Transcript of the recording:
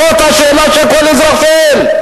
זאת השאלה שכל אזרח שואל.